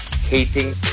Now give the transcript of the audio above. Hating